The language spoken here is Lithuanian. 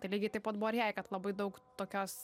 tai lygiai taip pat buvo ir jai kad labai daug tokios